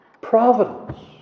providence